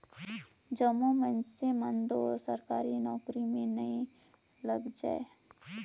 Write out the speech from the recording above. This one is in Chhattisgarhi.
जम्मो मइनसे मन दो सरकारी नउकरी में नी लइग जाएं